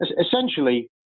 essentially